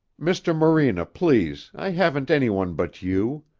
mr. morena, please i haven't any one but you.